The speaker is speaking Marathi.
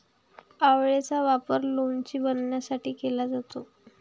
आवळेचा वापर लोणचे बनवण्यासाठी केला जातो